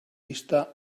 vista